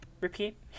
repeat